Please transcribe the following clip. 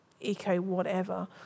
eco-whatever